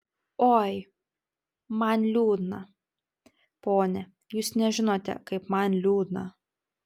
oi man liūdna pone jūs nežinote kaip man liūdna